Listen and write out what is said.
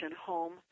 home